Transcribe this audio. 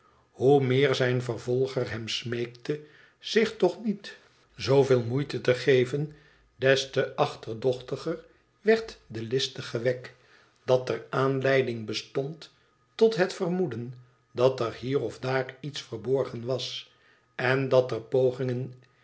hoe meer zijn vervolger hem smeekte zich toch niet zooveel moeite te geven des te achterdochtiger werd de listige wegg dat er aanleiding bestond tot het veroloeden dat er hier of daar iets verborgen was en dat er